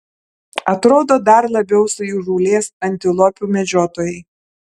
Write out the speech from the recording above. atrodo dar labiau suįžūlės antilopių medžiotojai